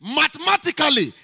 mathematically